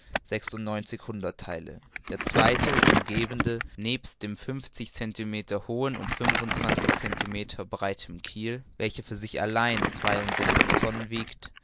der zweite umgebende nebst dem fünfzig centimeter hohen und fünfundzwanzig centimeter breiten kiel welcher für sich allein zweiundsechzig tonnen wiegt